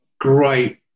great